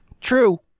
True